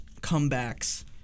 comebacks